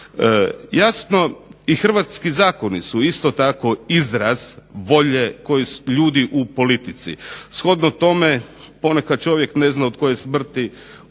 Jasno i hrvatski zakoni su isto tako izraz volje ljudi u politici. Shodno tome ponekad čovjek ne zna od koje smrti